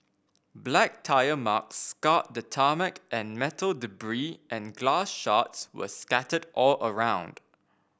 black tyre marks scarred the tarmac and metal and glass shards were scattered all around